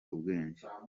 ubwenge